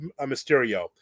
Mysterio